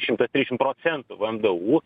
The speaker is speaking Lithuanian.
šimtas trisdešim procentų vmdu